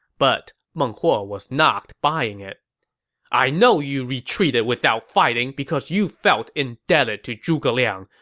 but meng huo was not buying it i know you retreated without fighting because you felt indebted to zhuge liang.